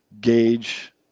gauge